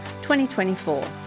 2024